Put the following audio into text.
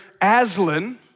Aslan